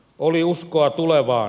oli uskoa tulevaan